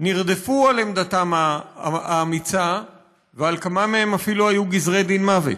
נרדפו על עמדתם האמיצה ועל כמה מהם אפילו היו גזרי דין מוות.